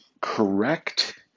correct